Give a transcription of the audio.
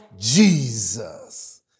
Jesus